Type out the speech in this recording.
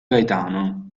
gaetano